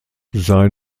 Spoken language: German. sein